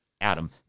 Adam